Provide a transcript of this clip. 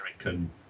American